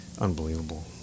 unbelievable